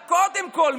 הייתה קודם כול,